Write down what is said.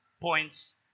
points